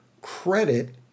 credit